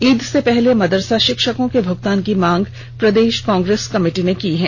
ईद के पहले मदरसा शिक्षकों के भुगतान की मांग प्रदेश कांग्रेस कमिटी ने की है